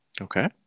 Okay